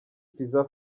pizza